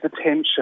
attention